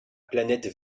planète